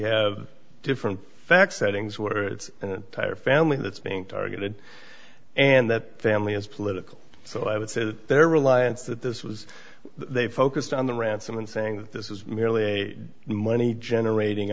have different facts settings words and tire family that's being targeted and that family is political so i would say that their reliance that this was they focused on the ransom and saying that this is merely a money generating